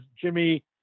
Jimmy